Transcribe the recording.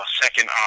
second